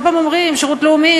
כל פעם אומרים: שירות לאומי,